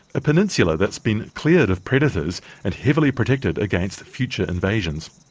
a peninsula that's been cleared of predators and heavily protected against future invasions.